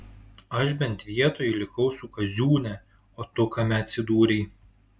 aš bent vietoj likau su kaziūne o tu kame atsidūrei